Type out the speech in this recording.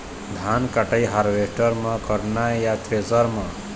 धान कटाई हारवेस्टर म करना ये या थ्रेसर म?